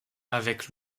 avec